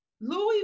Louis